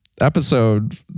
episode